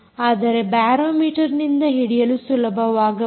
ಆದರೆ ಬ್ಯಾರೋ ಮೀಟರ್ನಿಂದ ಹಿಡಿಯಲು ಸುಲಭವಾಗಬಹುದು